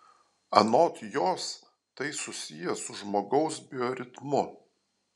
anot jos tai susiję su žmogaus bioritmu